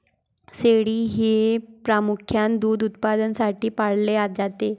शेळी हे प्रामुख्याने दूध उत्पादनासाठी पाळले जाते